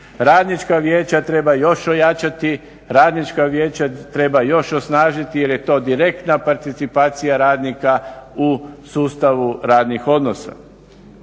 Radnička vijeća treba još ojačati, radnička vijeća treba još osnažiti jer je to direktna participacija radnika u sustavu radnih odnosa.